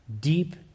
deep